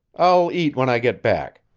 i'll eat when i get back.